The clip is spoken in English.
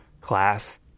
class